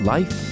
Life